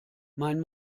mein